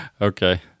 Okay